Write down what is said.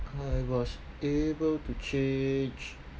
I was able to change